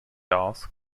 asked